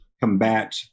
combat